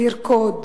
לרקוד,